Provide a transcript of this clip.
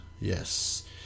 Yes